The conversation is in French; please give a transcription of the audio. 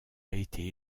été